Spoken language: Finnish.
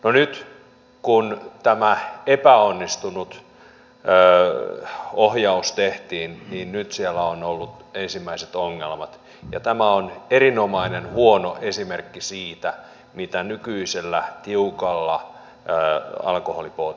no nyt kun tämä epäonnistunut ohjaus tehtiin siellä on ollut ensimmäiset ongelmat ja tämä on erinomainen huono esimerkki siitä mitä nykyisellä tiukalla alkoholipolitiikalla tehdään